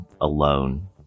alone